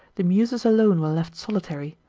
the muses alone were left solitary,